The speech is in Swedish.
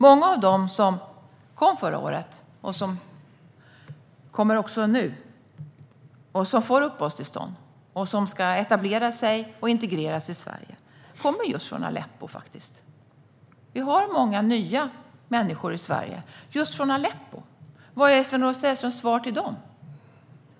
Många av dem som kom förra året och även nu, som får uppehållstillstånd, ska etablera sig och integreras i Sverige, kommer faktiskt just från Aleppo. Vi har många nya människor i Sverige just från Aleppo. Vad är Sven-Olof Sällströms svar till dem?